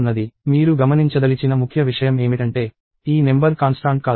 మీరు గమనించదలిచిన ముఖ్య విషయం ఏమిటంటే ఈ నెంబర్ కాన్స్టాంట్ కాదు